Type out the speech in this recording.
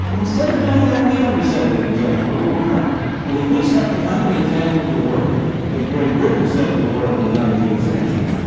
instead of doing that, we ought to be setting an example to the world, and if we set the kind of an example to the world that great britain set to the world in the nineteenth century,